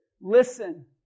Listen